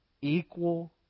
Equal